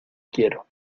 quiero